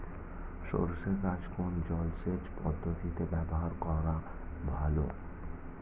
সরষে গাছে কোন জলসেচ পদ্ধতি ব্যবহার করা ভালো?